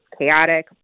chaotic